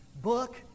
book